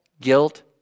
guilt